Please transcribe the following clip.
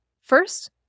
First